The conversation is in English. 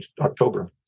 October